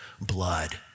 blood